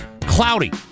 Cloudy